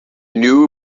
new